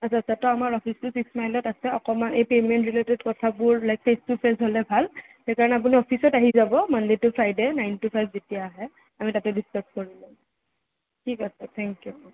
আচ্ছা আচ্ছা ত' আমাৰ অফিচটো ছিক্স মাইলত আছে অকমাণ এই পে'মেন্ট ৰিলেটেড কথাবোৰ লাইক ফেছ টু ফেছ হ'লে ভাল সেইকাৰণে বুলো অফিচত আহি যাব Monday to Friday nine to five যেতিয়া আহে আমি তাতে ডিস্কাছ কৰি ল'ম ঠিক আছে থেংক ইউ